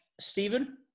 Stephen